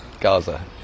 Gaza